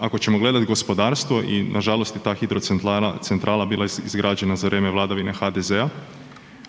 Ako ćemo gledat gospodarstvo i nažalost i ta hidrocentrala bila je izgrađena za vrijeme vladavine HDZ-a,